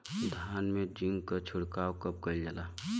धान में जिंक क छिड़काव कब कइल जाला?